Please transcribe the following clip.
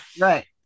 Right